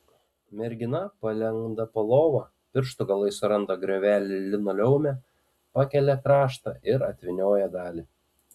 mergina palenda po lova pirštų galais suranda griovelį linoleume pakelia kraštą ir atvynioja dalį